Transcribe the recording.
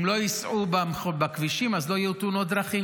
אם לא ייסעו בכבישים אז לא יהיו תאונות דרכים.